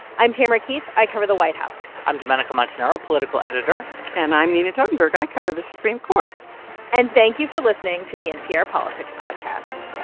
i'm tamara keith. i cover the white house i'm domenico montanaro, political editor and i'm nina totenberg. i cover the supreme court and thank you for listening to the npr politics podcast